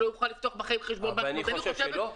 שלא יוכל לפתוח בחיים חשבון בנק --- ואני חושב שלא?